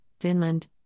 Finland